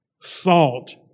Salt